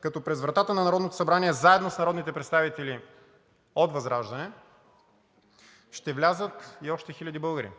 като през вратата на Народното събрание заедно с народните представители от ВЪЗРАЖДАНЕ ще влязат още и хиляди българи.